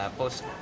post